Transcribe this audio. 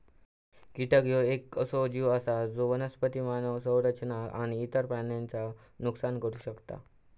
कीटक ह्यो येक असो जीव आसा जो वनस्पती, मानव संरचना आणि इतर प्राण्यांचा नुकसान करू शकता